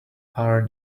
are